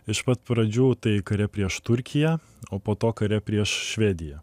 iš pat pradžių tai kare prieš turkiją o po to kare prieš švediją